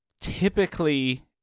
typically